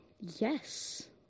yes